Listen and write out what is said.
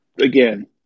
Again